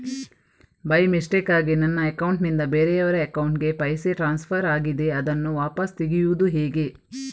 By ಮಿಸ್ಟೇಕಾಗಿ ನನ್ನ account ನಿಂದ ಬೇರೆಯವರ ಅಕೌಂಟ್ ಗೆ ಪೈಸೆ ಟ್ರಾನ್ಸ್ಫರ್ ಆಗಿದೆ ಅದನ್ನು ವಾಪಸ್ ತೆಗೆಯೂದು ಹೇಗೆ?